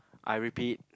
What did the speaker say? I repeat